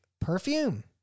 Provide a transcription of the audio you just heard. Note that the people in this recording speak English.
perfume